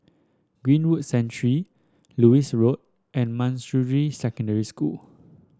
Greenwood Lewis Road and Manjusri Secondary School